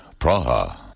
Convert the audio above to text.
Praha